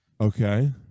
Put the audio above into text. Okay